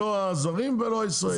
לא הזרים ולא הישראלים.